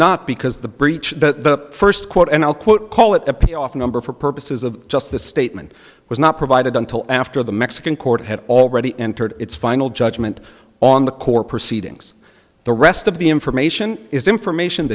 not because the breach the first quote and i'll quote call it the pay off number for purposes of just the statement was not provided until after the mexican court had already entered its final judge me on the core proceedings the rest of the information is information